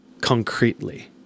concretely